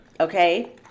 okay